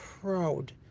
proud